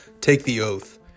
TakeTheOath